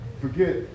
forget